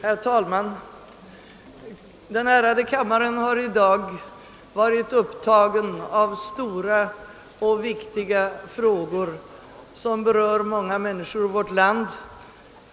Herr talman! Den ärade kammaren har i dag varit upptagen av stora och viktiga frågor som berör många människor i vårt land.